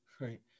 right